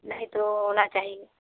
नहीं तो होना चाही